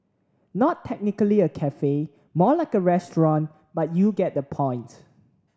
not technically a cafe more like a restaurant but you get the point